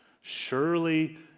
Surely